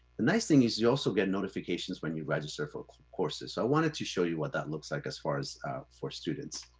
the nice thing is you also get notifications when you register for courses. so i wanted to show you what that looks like as far as for students.